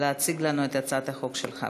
להציג לנו את הצעת החוק שלך.